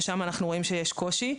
שבהן אנחנו רואים שיש קושי.